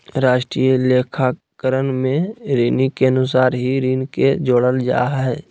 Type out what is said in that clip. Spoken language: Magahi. राष्ट्रीय लेखाकरण में ऋणि के अनुसार ही ऋण के जोड़ल जा हइ